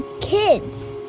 kids